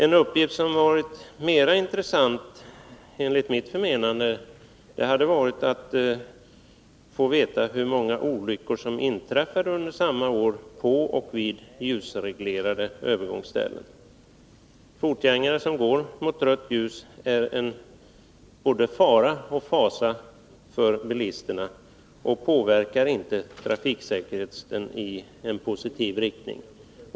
En uppgift som hade varit mer intressant, enligt mitt förmenande, hade varit uppgift om hur många olyckor som hade inträffat under samma år på och vid ljusreglerade övergångsställen. Fotgängare som går mot rött ljus är både en fara och en fasa för bilisterna och påverkar inte trafiksäkerheten i positiv riktning.